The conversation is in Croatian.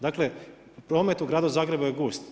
Dakle, promet u gradu zagrebu je gust.